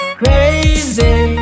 crazy